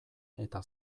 eta